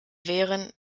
wären